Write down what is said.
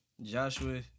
Joshua